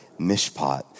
Mishpat